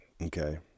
Okay